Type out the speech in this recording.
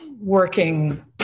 working